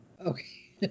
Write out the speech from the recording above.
Okay